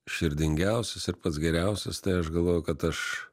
širdingiausias ir pats geriausias tai aš galvoju kad aš